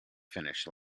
finish